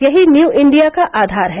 यही new India का आधार है